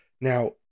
Now